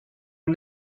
are